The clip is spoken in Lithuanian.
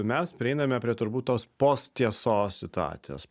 mes prieiname prie turbūt tos posttiesos situacijos